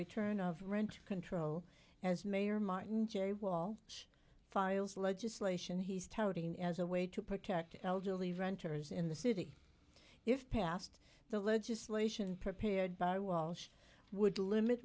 return of rent control as mayor martin j wall files legislation he's touting as a way to protect elderly renters in the city if passed the legislation prepared by walsh would limit